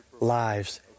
lives